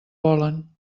volen